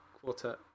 quartet